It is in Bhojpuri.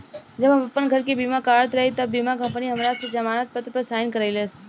जब हम आपन घर के बीमा करावत रही तब बीमा कंपनी हमरा से जमानत पत्र पर साइन करइलस